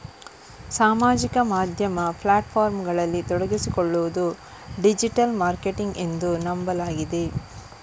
ಸಾಮಾಜಿಕ ಮಾಧ್ಯಮ ಪ್ಲಾಟ್ ಫಾರ್ಮುಗಳಲ್ಲಿ ತೊಡಗಿಸಿಕೊಳ್ಳುವುದು ಡಿಜಿಟಲ್ ಮಾರ್ಕೆಟಿಂಗ್ ಎಂದು ನಂಬಲಾಗಿದೆ